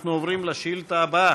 אנחנו עוברים לשאילתה הבאה.